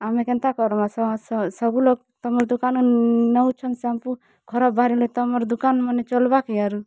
ଆମେ କେନ୍ତା କରମା ସବୁ ଲୋକ ତମ ଦୁକାନର ନଉଚନ୍ ସାମ୍ପୁ ଖରାପ ବାହାରିଲେ ତମର ଦୁକାନମନେ ଚଲବା କେ ଆରୁ